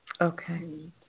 Okay